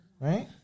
right